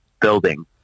building